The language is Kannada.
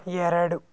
ಎರಡು